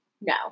No